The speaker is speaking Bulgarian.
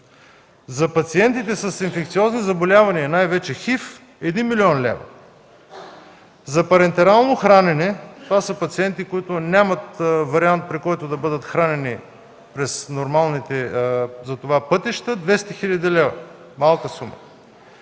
За пациентите с инфекциозни заболявания, най-вече ХИВ – 1 млн. лв. За парентерално хранене – това са пациенти, които нямат вариант, по който да бъдат хранени през нормалните за това пътища – 200 хил. лв. Малка сума.